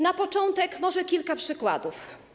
Na początek może kilka przykładów.